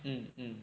mm mm